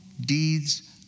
deeds